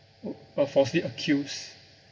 but falsely accused